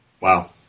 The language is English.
Wow